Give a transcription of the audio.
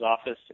office